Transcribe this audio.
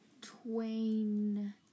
Twain